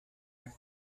home